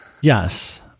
Yes